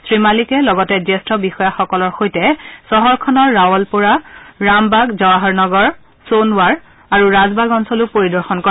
শ্ৰীমালিকে লগতে জ্যেষ্ঠ বিষযাসকলৰ সৈতে চহৰখনৰ ৰাৱলপৰ ৰামবাগ জৱাহৰ নগৰ চোনৱাৰ আৰু ৰাজবাগ অঞ্চলো পৰিদৰ্শন কৰে